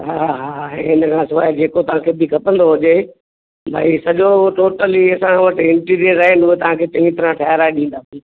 हा हा हिन खां सवाइ जेको तव्हांखे बि खपंदो हुजे भाई सॼो टोटल ई असां वटि इंटीरियर आहिनि उहे तव्हांखे चङी तरह ठाराहे ॾींदासीं